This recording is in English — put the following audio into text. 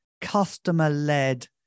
customer-led